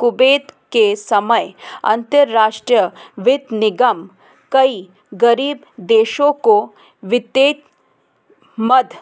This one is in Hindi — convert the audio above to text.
कुवैत के समय अंतरराष्ट्रीय वित्त निगम कई गरीब देशों को वित्तीय मदद